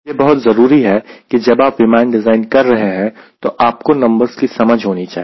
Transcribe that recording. यह बहुत जरूरी है कि जब आप विमान डिजाइन कर रहे हैं तो आपको नंबर्स की समझ होनी चाहिए